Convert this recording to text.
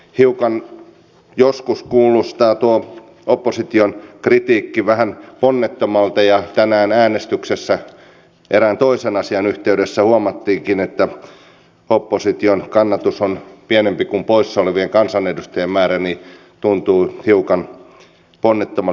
hiukan joskus kuulostaa tuo opposition kritiikki vähän ponnettomalta ja tänään äänestyksessä erään toisen asian yhteydessä huomattiinkin että opposition kannatus on pienempi kuin poissa olevien kansanedustajien määrä joten tuntuu hiukan ponnettomalta